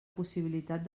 possibilitat